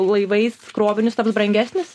laivais krovinius taps brangesnis